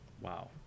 Wow